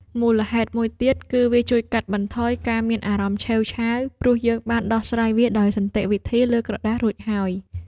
មូលហេតុមួយទៀតគឺវាជួយកាត់បន្ថយការមានអារម្មណ៍ឆេវឆាវ ព្រោះយើងបានដោះស្រាយវាដោយសន្តិវិធីលើក្រដាសរួចហើយ។